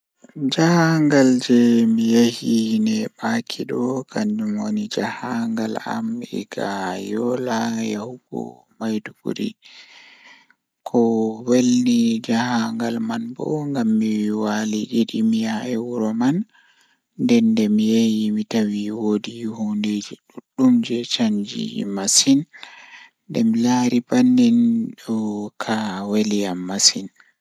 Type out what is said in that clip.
Jahangal jei mi yahi neeɓaki ɗo Nde njamaɗi ngam mi hokka heɓude baafal, mi yeddi wonde waɗde aɗa waawi ndaarnde. Miɗo yiɗi goɗɗum ngam o waɗi feewi fi jeyɗe, kadi miɗo waɗi waawugol e goɗɗum kadi.